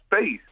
space